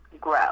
grow